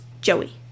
joey